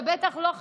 ובטח שלא,